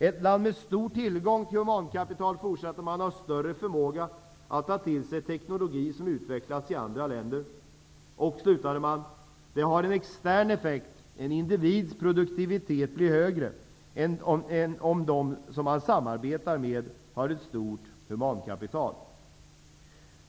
Ett land med stor tillgång till humankapital har större förmåga att ta till sig teknologi som utvecklats i andra länder. Det har en extern effekt. En individs produktivitet blir högre om de som man samarbetar med har ett stort humankapital. Fru talman!